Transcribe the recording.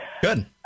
Good